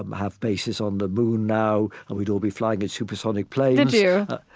um have bases on the moon now and we'd all be flying in supersonic planes and yeah